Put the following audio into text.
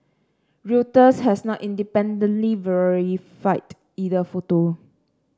reuters has not independently verified either photo